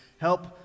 help